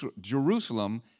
Jerusalem